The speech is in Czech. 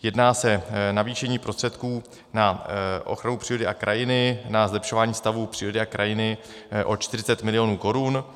Jedná se o navýšení prostředků na ochranu přírody a krajiny, na zlepšování stavu přírody a krajiny o 40 mil. korun.